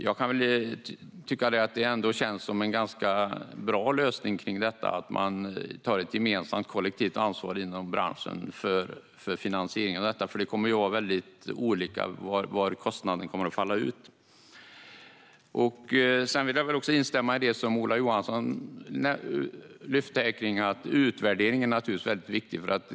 Jag kan tycka att det känns som en ganska bra lösning att man inom branschen tar ett gemensamt, kollektivt ansvar för finansieringen av detta. Det kommer ju att vara väldigt olika var kostnaden kommer att falla ut. Jag vill instämma i det som Ola Johansson tog upp om att utvärdering naturligtvis är väldigt viktigt.